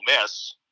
Miss